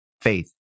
Faith